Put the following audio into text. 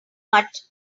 much